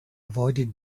avoided